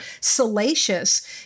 salacious